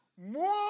more